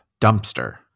dumpster